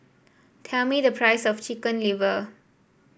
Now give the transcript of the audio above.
tell me the price of Chicken Liver